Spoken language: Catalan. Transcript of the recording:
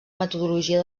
metodologia